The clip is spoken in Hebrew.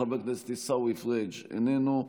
חבר הכנסת עיסאווי פריג' איננו,